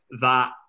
that-